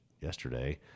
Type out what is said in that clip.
yesterday